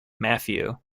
matthew